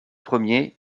premiers